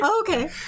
Okay